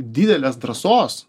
didelės drąsos